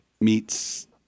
meets